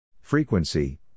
Frequency